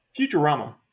Futurama